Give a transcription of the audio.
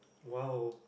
!wow!